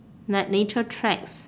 like nature tracks